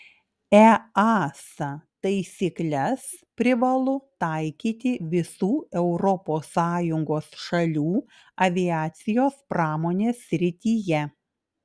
easa taisykles privalu taikyti visų europos sąjungos šalių aviacijos pramonės srityje